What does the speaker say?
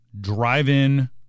drive-in